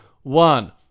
one